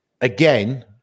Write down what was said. again